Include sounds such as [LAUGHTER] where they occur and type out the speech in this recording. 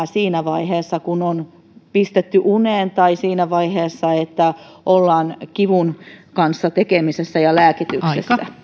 [UNINTELLIGIBLE] siinä vaiheessa kun on pistetty uneen tai siinä vaiheessa kun ollaan kivun kanssa tekemisissä ja